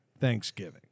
Thanksgiving